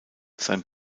sein